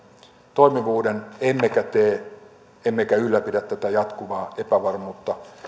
toimivuuden emmekä ylläpidä tätä jatkuvaa epävarmuutta